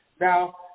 Now